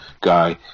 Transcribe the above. guy